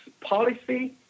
policy